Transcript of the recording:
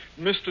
Mr